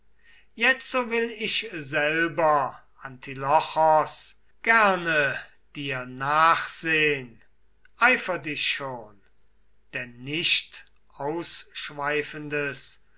jetzo will ich selber antilochos gerne dir nachsehn eifert ich schon denn nicht ausschweifendes